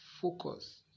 focus